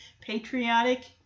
patriotic